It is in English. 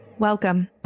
Welcome